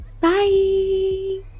Bye